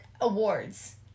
awards